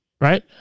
Right